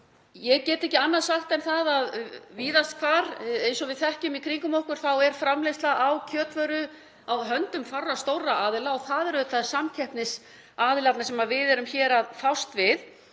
Ég get ekki annað sagt en að víðast hvar, eins og við þekkjum í kringum okkur, er framleiðsla á kjötvöru á höndum fárra stórra aðila og það eru samkeppnisaðilarnir sem við erum hér að fást við